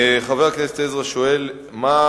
חבר הכנסת גדעון עזרא שאל את השר